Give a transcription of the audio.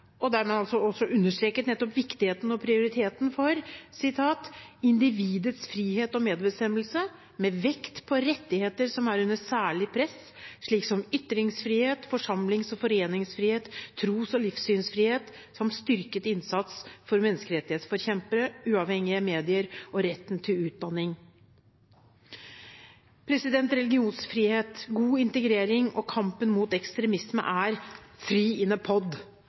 og der man også understreket nettopp viktigheten og prioriteten for: « Individets frihet og medbestemmelse – med vekt på rettigheter som er under særlig press, slik som ytringsfrihet, forsamlings- og foreningsfrihet og tros- og livssynsfrihet, samt styrket innsats for menneskerettighetsforkjempere, uavhengige medier og retten til utdanning.» Religionsfrihet, god integrering og kampen mot ekstremisme er